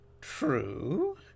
True